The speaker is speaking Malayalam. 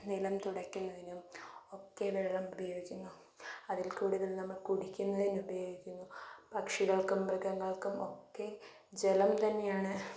നിലം തുടയ്ക്കുന്നതിനും ഒക്കെ വെള്ളം ഉപയോഗിക്കുന്നു അതിൽ കൂടുതൽ നമ്മൾ കുടിക്കുന്നതിന് ഉപയോഗിക്കുന്നു പക്ഷികൾക്കും മൃഗങ്ങൾക്കും ഒക്കെ ജലം തന്നെയാണ്